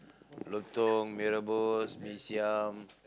lontong mee-rebus mee-siam